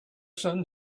son